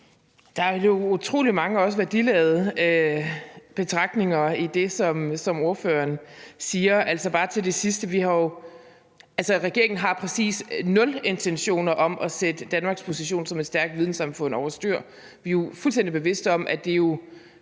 Der er jo utrolig mange også værdiladede betragtninger i det, som spørgeren siger. Bare til det sidste vil jeg sige, at regeringen jo har præcis nul intentioner om at sætte Danmarks position som et stærkt videnssamfund over styr. Vi er fuldstændig bevidst om, at det er noget